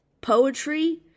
poetry